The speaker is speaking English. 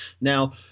Now